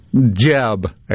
Jeb